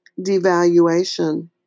devaluation